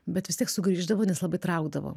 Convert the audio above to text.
bet vis tiek sugrįždavau nes labai traukdavo